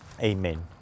Amen